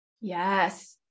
Yes